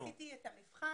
בארץ אני עשיתי את המבחן.